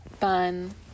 fun